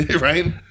Right